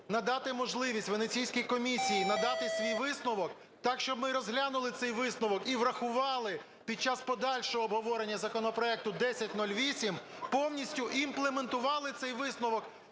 надати можливість Венеційській комісії надати свій висновок так, щоб ми розглянули цей висновок і врахували під час подальшого обговорення законопроекту 1008, повністю імплементували цей висновок